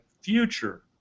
future